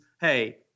hey –